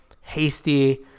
hasty